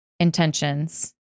Intentions